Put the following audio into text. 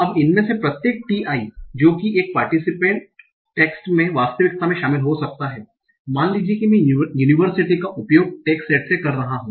अब इनमें से प्रत्येक ti जो कि एक पार्टीसीपेंट टेक्स्ट में वास्तविकता में शामिल हो सकता हैं मान लीजिए मैं यूनिवर्सिटी का उपयोग टैग सेट से कर रहा हूं